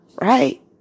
right